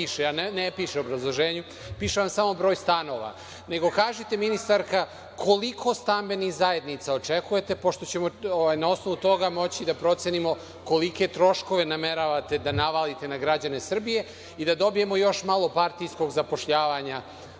a ne piše u obrazloženju, piše vam samo broj stanova. Nego, kažite ministarka, koliko stambenih zajednica očekujete pošto ćemo na osnovu toga moći da procenimo kolike troškove nameravate da navalite na građane Srbije i da dobijemo još malo partijskog zapošljavanja,